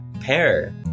Pear